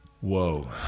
whoa